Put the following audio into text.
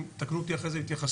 ויתקנו אותי לאחר מכן כשיתייחסו,